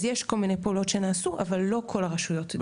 אז יש כל מיני פעולות שנעשו אבל לא כל הרשויות דיווחו על זה.